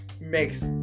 makes